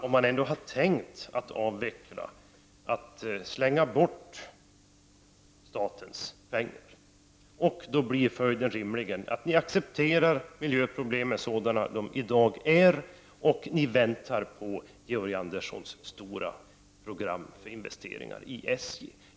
Om man ändå har tänkt avveckla, är det väl att slänga bort statens pengar. Då blir följden rimligen den att ni accepterar miljöproblemen sådana de i dag är, i avvaktan på Georg Anderssons stora program för investeringar i SJ.